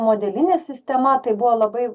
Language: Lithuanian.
modelinė sistema tai buvo labai